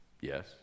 Yes